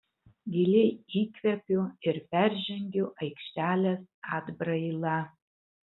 giliai įkvepiu ir peržengiu aikštelės atbrailą